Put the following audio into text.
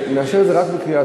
שנאשר את זה רק בקריאה